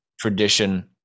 tradition